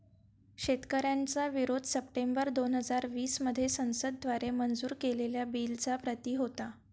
शेतकऱ्यांचा विरोध सप्टेंबर दोन हजार वीस मध्ये संसद द्वारे मंजूर केलेल्या बिलच्या प्रति होता